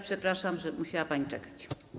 Przepraszam, że musiała pani czekać.